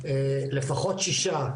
לפחות שישה,